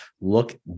look